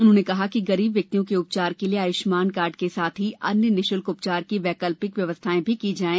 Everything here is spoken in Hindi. उन्होंने कहा कि गरीब व्यक्तियों के उपचार के लिए आयुष्मान कार्ड के साथ ही अन्य निशुल्क उपचार की वैकल्पिक व्यवस्थाएँ भी की जाएँ